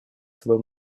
свой